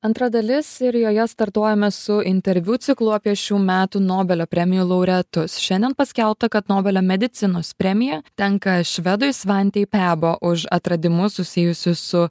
antra dalis ir joje startuojame su interviu ciklu apie šių metų nobelio premijų laureatus šiandien paskelbta kad nobelio medicinos premija tenka švedui svantei pebo už atradimus susijusius su